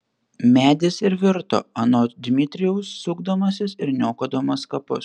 medis ir virto anot dmitrijaus sukdamasis ir niokodamas kapus